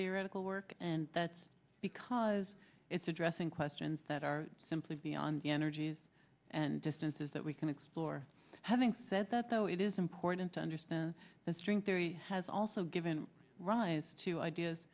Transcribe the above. theoretical work and that's because it's addressing questions that are simply beyond the energies and distances that we can explore having said that though it is important to understand that string theory has also given rise to ideas